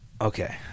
Okay